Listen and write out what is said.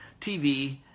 TV